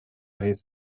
his